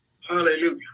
Hallelujah